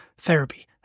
therapy